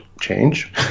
change